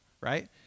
right